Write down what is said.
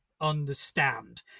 understand